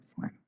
fine